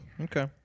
Okay